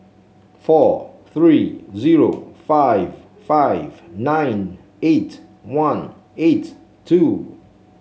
four three zero five five nine eight one eight two